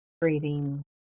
breathing